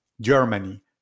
germany